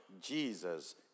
Jesus